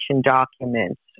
documents